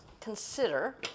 consider